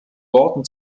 worten